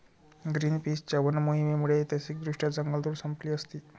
ग्रीनपीसच्या वन मोहिमेमुळे ऐतिहासिकदृष्ट्या जंगलतोड संपली असती